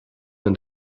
and